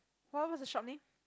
what what's the shop name